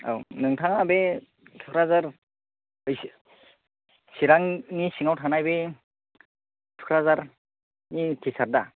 औ नोंथाङा बे थुख्राझार चिरांनि सिङाव थानाय बे थुख्राझारनि थिसार दा